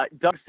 Doug